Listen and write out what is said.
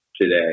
today